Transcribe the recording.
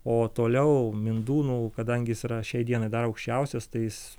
o toliau mindūnų kadangi jis yra šiai dienai dar aukščiausias tai jis